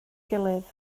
gilydd